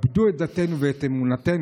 כבדו את דתנו ואת אמונתנו.